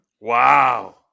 Wow